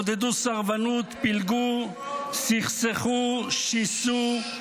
עודדו סרבנות, פילגו, סכסכו, שיסעו,